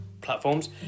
platforms